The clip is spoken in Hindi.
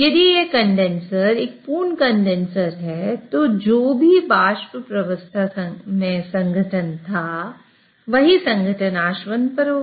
यदि यह कंडेनसर एक पूर्ण कंडेनसर है तो जो भी वाष्प प्रवस्था में संघटन था वही संघटन आसवन पर होगा